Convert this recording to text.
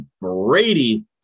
Brady